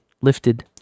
lifted